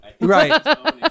right